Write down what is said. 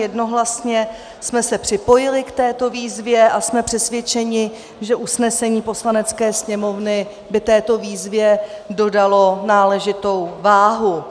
Jednohlasně jsme se připojili k této výzvě a jsme přesvědčeni, že usnesení Poslanecké sněmovny by této výzvě dodalo náležitou váhu.